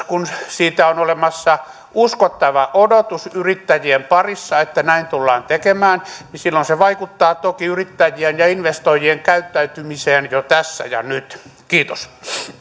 kun siitä on olemassa uskottava odotus yrittäjien parissa että näin tullaan tekemään niin silloin se vaikuttaa toki yrittäjien ja investoijien käyttäytymiseen jo tässä ja nyt kiitos